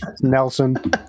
Nelson